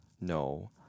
no